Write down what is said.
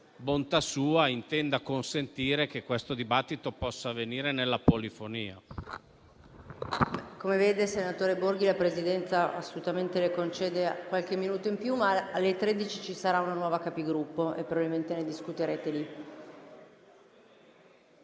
bontà sua, intenda consentire che questo dibattito possa avvenire nella polifonia.